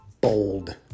Bold